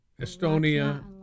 Estonia